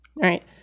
right